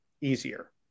easier